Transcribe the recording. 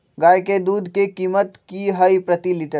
गाय के दूध के कीमत की हई प्रति लिटर?